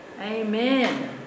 amen